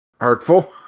hurtful